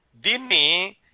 Dini